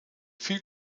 viel